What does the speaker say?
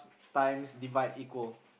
times divide equal